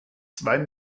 zwei